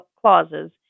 clauses